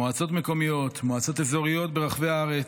מועצות מקומיות, מועצות אזוריות ברחבי הארץ,